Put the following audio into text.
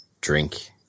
drink